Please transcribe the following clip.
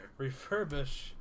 Refurbish